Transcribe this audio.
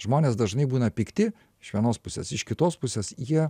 žmonės dažnai būna pikti iš vienos pusės iš kitos pusės jie